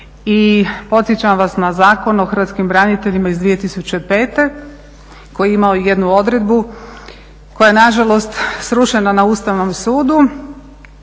I podsjećam vas na Zakon o hrvatskim braniteljima iz 2005. koji je imao jednu odredbu koja je nažalost srušena na Ustavnom sudu